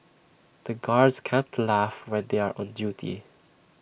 the guards can't laugh when they are on duty